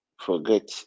forget